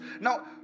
Now